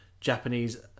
Japanese